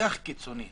הכול-כך קיצונית